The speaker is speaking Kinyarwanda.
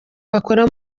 bakora